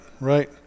right